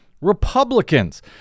Republicans